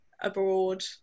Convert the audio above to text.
abroad